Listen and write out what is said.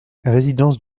résidence